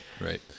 right